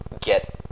get